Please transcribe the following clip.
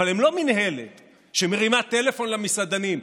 אבל הם לא מינהלת שמרימה טלפון למסעדנים,